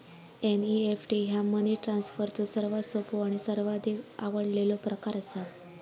NEFT ह्या money ट्रान्सफरचो सर्वात सोपो आणि सर्वाधिक आवडलेलो प्रकार असा